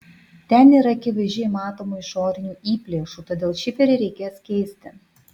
ten yra akivaizdžiai matomų išorinių įplėšų todėl šiferį reikės keisti